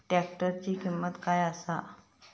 ट्रॅक्टराची किंमत काय आसा?